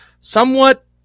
somewhat